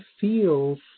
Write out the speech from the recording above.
feels